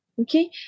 Okay